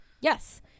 Yes